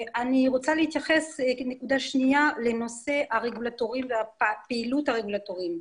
הנקודה השנייה היא נושא הרגולטורים והפעילות הרגולטורית.